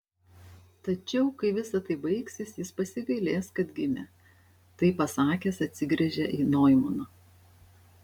tačiau kai visa tai baigsis jis pasigailės kad gimė tai pasakęs atsigręžė į noimaną